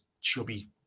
chubby